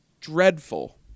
dreadful